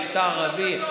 מבטא ערבי.